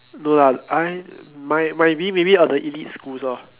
no lah I mi~ might be all the elite schools loh